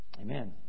Amen